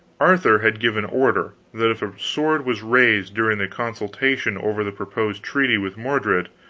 arthur had given order that if a sword was raised during the consultation over the proposed treaty with mordred,